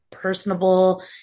personable